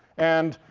and